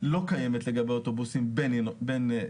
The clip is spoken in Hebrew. לא קיימת לגבי אוטובוסים בין-עירוניים,